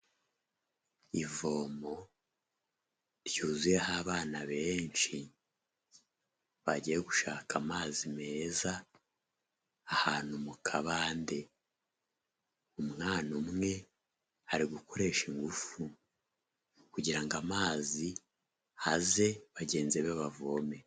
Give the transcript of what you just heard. Ivomo ryuzuyeho abana benshi, bagiye gushaka amazi meza, ahantu mu kabande umwana umwe ari gukoresha ingufu kugira ngo amazi aze bagenzi be bavome.